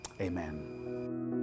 Amen